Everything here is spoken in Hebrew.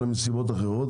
אלא מסיבות אחרות,